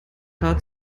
haar